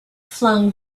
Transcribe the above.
flung